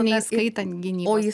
neįskaitant gynybos